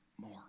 more